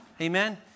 Amen